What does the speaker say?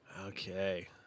Okay